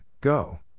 Go